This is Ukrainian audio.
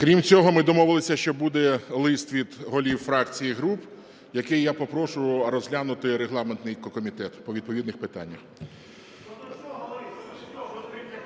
Крім цього, ми домовилися, що буде лист від голів фракцій і груп, який я попрошу розглянути регламентний комітет по відповідних питаннях,